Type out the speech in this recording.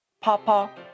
Papa